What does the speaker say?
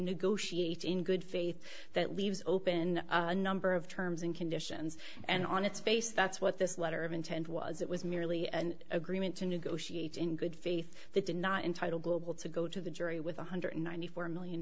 negotiate in good faith that leaves open the number of terms and conditions and on its face that's what this letter of intent was it was merely an agreement to negotiate in good faith they did not entitle global to go to the jury with one hundred ninety four million